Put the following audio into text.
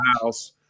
house